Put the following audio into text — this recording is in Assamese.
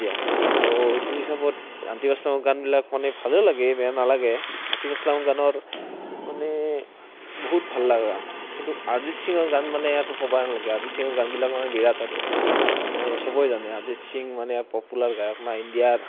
এতিয়া তো সেইটো হিচাপত আটিফ আছলামৰ গানবিলাক মানে ভালে লাগে বেয়া নালাগে আটিফ আছলাম গানৰ মানে বহুত ভাল লগা কিন্তু অৰিজিত সিঙৰ গান মানে ক'বই নালাগে অৰিজিত সিঙৰ গানবিলাক মানে বিৰাট আৰু মানে সবেই জানে অৰিজিট সিং মানে পপুলাৰ গায়ক ইণ্ডিয়াৰ